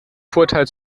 vorteil